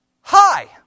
Hi